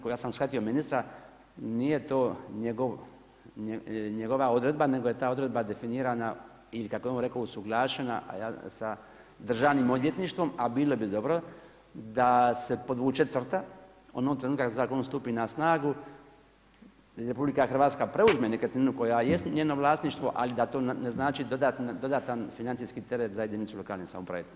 Koliko sam shvatio ministra, nije to njegova odredba, nego je ta odredba definirana, ili kako je on rekao usuglašena sa državnim odvjetništvom, a bilo bi dobro, da se podvuče crta, onog trenutka kad zakon ustupi na snagu i RH preuzme nekretninu koja jest u njeno vlasništvu, ali da to ne znači dodatan financijski teret za jedinicu lokalne samouprave.